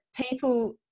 people